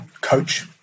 coach